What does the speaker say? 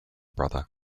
brother